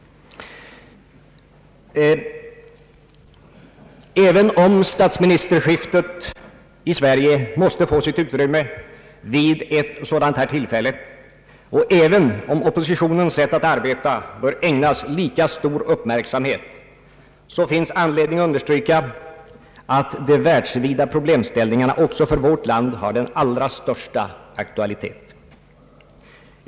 Även om statsministerskiftet i Sverige måste få sitt utrymme vid ett sådant här tillfälle och även om oppositionens sätt att arbeta bör ägnas lika stor uppmärksamhet, finns anledning understryka att de världsvida pro: blemställningarna också för vårt land har den allra största aktualitet.